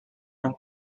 han